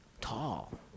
tall